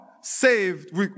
saved